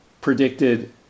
predicted